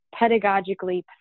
pedagogically